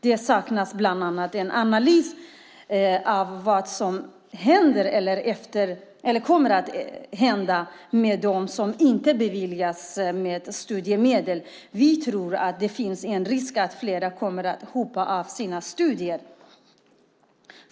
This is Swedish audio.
Det saknas bland annat en analys av vad som händer eller kommer att hända med dem som inte beviljas mer studiemedel. Vi tror att det finns en risk att fler kommer att hoppa av sina studier.